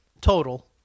total